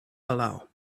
palau